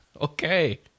Okay